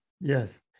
Yes